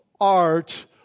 art